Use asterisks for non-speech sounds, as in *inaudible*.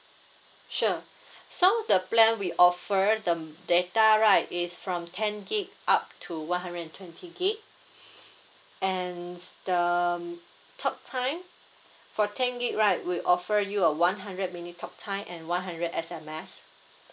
sure so the plan we offer the data right is from ten gig up to one hundred and twenty gig *breath* and the talk time for ten gig right we offer you a one hundred minute talk time and one hundred S_M_S